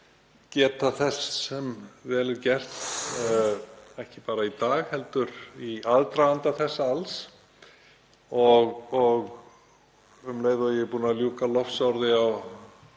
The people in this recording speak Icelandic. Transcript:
geta þess sem vel er gert, ekki bara í dag heldur í aðdraganda þessa alls. Um leið og ég er búinn að ljúka lofsorði á